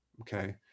okay